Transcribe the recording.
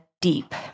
deep